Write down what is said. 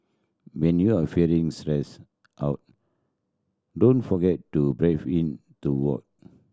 when you are feeling stressed out don't forget to breathe into void